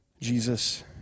Jesus